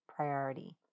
priority